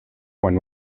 one